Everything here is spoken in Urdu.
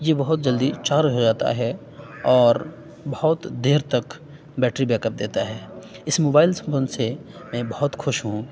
یہ بہت جلدی چارج ہو جاتا ہے اور بہت دیر تک بیٹری بیک اپ دیتا ہے اس موبائل س فون سے میں بہت خوش ہوں